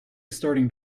starting